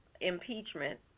impeachment